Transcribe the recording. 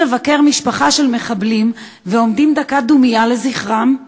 לבקר משפחה של מחבלים ועומדים דקת דומייה לזכרם?